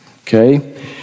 okay